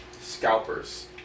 Scalpers